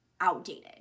outdated